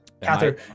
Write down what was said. Catherine